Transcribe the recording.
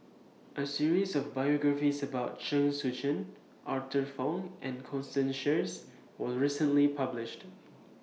A series of biographies about Chen Sucheng Arthur Fong and Constance Sheares was recently published